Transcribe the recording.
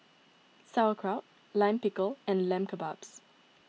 Sauerkraut Lime Pickle and Lamb Kebabs